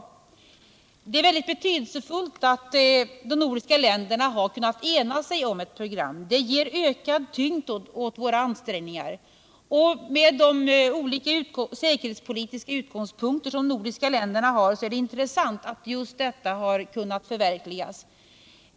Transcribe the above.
Det är mycket betydelsefullt att de nordiska länderna har kunnat ena sig om ett program. Det ger ökad tyngd åt våra ansträngningar. Med hänsyn till de olika säkerhetspolitiska utgångspunkter som de nordiska länderna har är det intressant att just detta program har kunnat förverkligas.